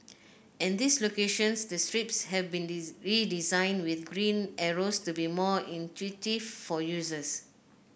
at these locations the strips have been redesigned with green arrows to be more intuitive for users